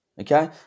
Okay